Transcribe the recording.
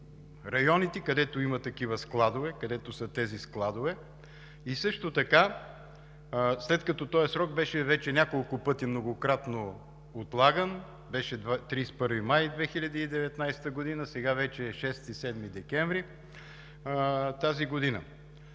където има такива складове, където са тези складове? Също така, след като този срок беше вече няколко пъти многократно отлаган – беше 31 май 2019 г., сега вече е 7 декември тази година,